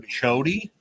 Chody